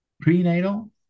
prenatal